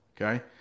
Okay